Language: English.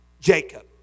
Jacob